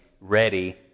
ready